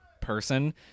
person